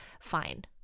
Fine